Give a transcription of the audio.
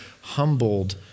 humbled